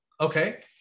okay